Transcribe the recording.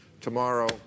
Tomorrow